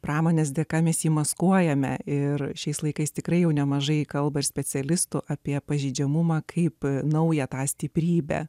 pramonės dėka mes jį maskuojame ir šiais laikais tikrai jau nemažai kalba ir specialistų apie pažeidžiamumą kaip naują tą stiprybę